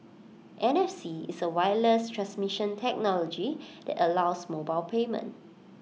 N F C is A wireless transmission technology that allows mobile payment